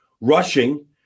rushing